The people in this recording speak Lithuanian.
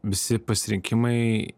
visi pasirinkimai